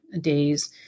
days